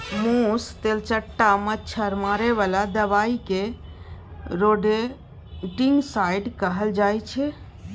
मुस, तेलचट्टा, मच्छर मारे बला दबाइ केँ रोडेन्टिसाइड कहल जाइ छै